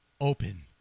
Open